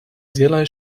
derlei